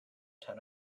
ten